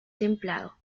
templado